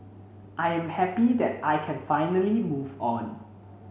I am happy that I can finally move on